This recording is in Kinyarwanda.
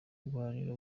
guharanira